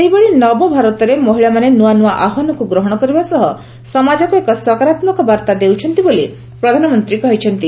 ସେହିଭଳି ନବଭାରତରେ ମହିଳାମାନେ ନ୍ତଆ ନୂଆ ଆହ୍ୱାନକୁ ଗ୍ରହଣ କରିବା ସହ ସମାଜକୁ ଏକ ସକାରାତ୍ମକ ବାର୍ତ୍ତା ଦେଉଛନ୍ତି ବୋଲି ପ୍ରଧାନମନ୍ତ୍ରୀ କହିଛନ୍ତି